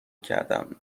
کردم